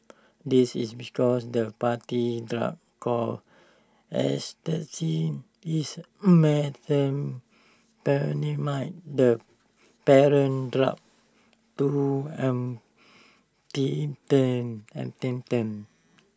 this is because the party drug called ecstasy is methamphetamine the parent drug to